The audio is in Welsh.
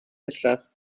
bellach